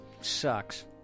Sucks